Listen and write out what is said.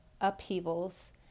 upheavals